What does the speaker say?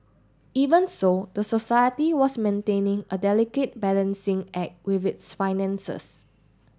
even so the society was maintaining a delicate balancing act with its finances